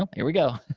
here we go.